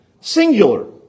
singular